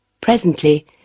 Presently